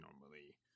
normally